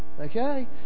Okay